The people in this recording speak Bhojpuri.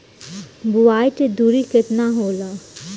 बुआई के दूरी केतना होला?